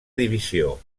divisió